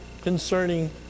concerning